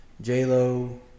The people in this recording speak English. J-Lo